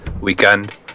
weekend